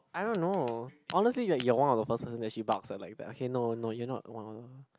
I don't know honestly you're you're one of the first person that she barks at like that okay no no you're not one